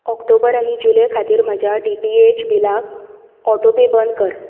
ऑक्टोबर आनी जुलय खातीर म्हज्या डी टी एच बिलाक ऑटो पे बंद कर